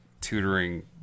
tutoring